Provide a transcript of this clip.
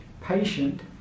patient